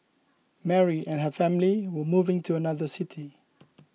Mary and her family were moving to another city